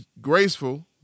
graceful